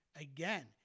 again